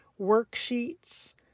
worksheets